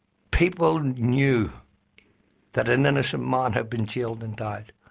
people knew that an innocent man had been jailed and died,